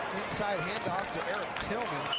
sort of hand off to erik tilghman,